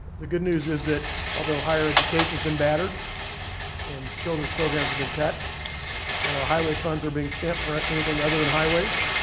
the good news is that, although higher education has been battered and children's programs have been cut and our highway funds are being spent for ah anything other than highways,